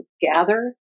gather